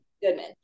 Goodman